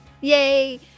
Yay